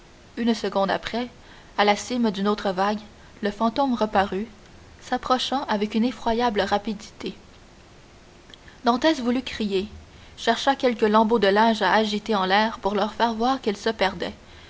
une seconde après à la cime d'une autre vague le fantôme reparut s'approchant avec une effroyable rapidité dantès voulut crier chercha quelque lambeau de linge à agiter en l'air pour leur faire voir qu'ils se perdaient